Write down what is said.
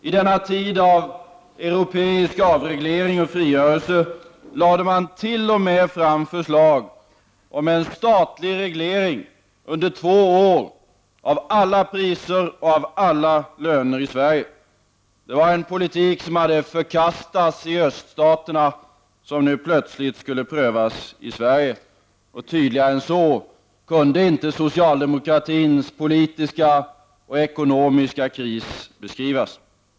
I denna tid av europeisk avreglering och frigörelse lade man t.o.m. fram förslag om en statlig reglering under två år av alla priser och alla löner i Sverige. En politik som hade förkastats i öststaterna skulle nu plötsligt prövas i Sverige. Tydligare än så kunde inte socialdemokratins politiska och ekonomiska kris beskrivas.